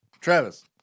Travis